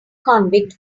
convict